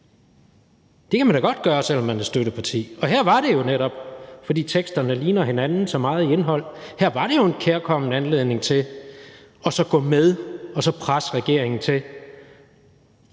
Det kan man da godt gøre, selv om man er støtteparti, og her var det jo netop, fordi teksterne ligner hinanden så meget i indhold. Her var det jo en kærkommen anledning til at gå med og så presse regeringen til